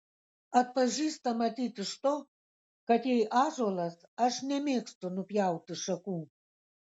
atpažįsta matyt iš to kad jei ąžuolas aš nemėgstu nupjauti šakų